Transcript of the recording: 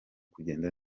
kugenda